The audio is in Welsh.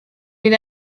bydd